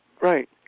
Right